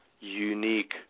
unique